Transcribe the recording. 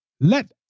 let